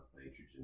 nitrogen